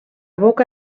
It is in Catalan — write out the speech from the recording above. boca